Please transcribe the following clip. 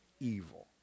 evil